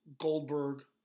Goldberg